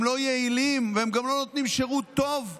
הם לא יעילים והם גם לא נותנים שירות טוב לאזרח.